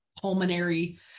pulmonary